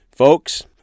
Folks